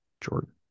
Jordan